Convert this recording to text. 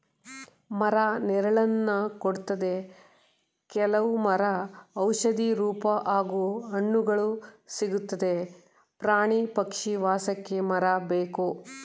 ಮರ ನೆರಳನ್ನ ಕೊಡ್ತದೆ ಕೆಲವ್ ಮರ ಔಷಧಿ ರೂಪ ಹಾಗೂ ಹಣ್ಣುಗಳು ಸಿಕ್ತದೆ ಪ್ರಾಣಿ ಪಕ್ಷಿ ವಾಸಕ್ಕೆ ಮರ ಬೇಕು